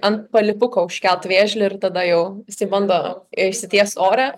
ant palipuko užkelt vėžlį ir tada jau jisai bando išsitiest ore